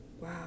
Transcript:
wow